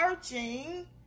searching